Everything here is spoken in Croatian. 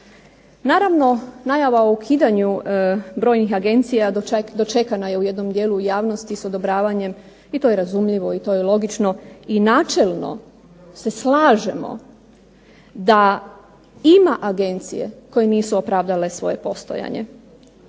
Naravno o ukidanju brojnih agencija dočekana je u jednom dijelu u javnosti s odobravanjem i to je razumljivo i to je logično i načelno se slažemo da ima agencije koje nisu opravdale svoje postojanje.